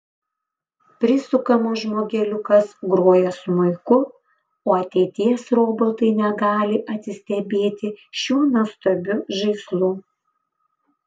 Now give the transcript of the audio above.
prisukamas žmogeliukas groja smuiku o ateities robotai negali atsistebėti šiuo nuostabiu žaislu